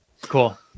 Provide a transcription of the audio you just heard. Cool